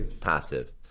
passive